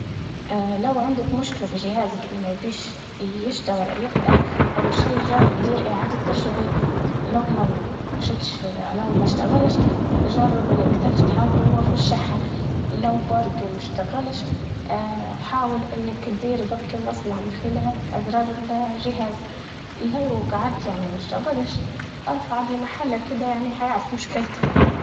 لو عندك مشكلة في جهازك إنه ما يبيش يشتغل أو يفتح أول شي دير جرب إعادة تشغيل، لو ما مشتش لو ما اشتغلش جرب إنك تفتحه وهو في الشحن، لو برضه ما اشتغلش حاول إنك تدير ضبط المصنع من خلال أزرار ال- الجهاز، لو قعد يعني ما اشتغلش أرفعه لمحل كدة يعني حيعرف مشكلته.